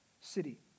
city